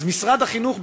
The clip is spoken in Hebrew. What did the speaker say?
אז משרד החינוך,